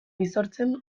bisortzen